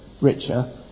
richer